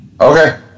Okay